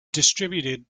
distributed